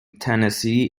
tennessee